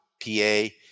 P-A